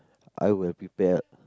I will prepare